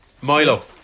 Milo